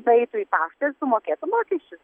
nueitų į paštą ir sumokėtų mokesčius